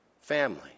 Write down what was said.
family